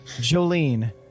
Jolene